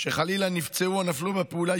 שחלילה נפצעו או נפלו בפעולה,